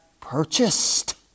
purchased